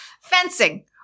Fencing